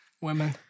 Women